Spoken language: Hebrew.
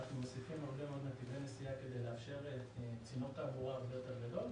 מוסיפים הרבה מאוד נתיבי נסיעה כדי לאפשר תעבורה יותר גדולה.